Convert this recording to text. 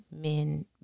men